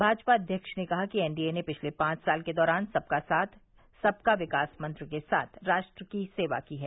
भाजपा अध्यक्ष ने कहा कि एनडीए ने पिछले पांच साल के दौरान सबका साथ सबका विकास मंत्र के साथ राष्ट्र की सेवा की है